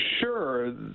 Sure